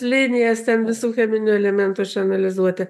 linijas ten visų cheminių elementų išanalizuoti